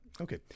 Okay